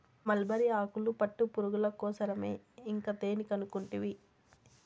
mulberry ఆకులు పట్టుపురుగుల కోసరమే ఇంకా దేని కనుకుంటివి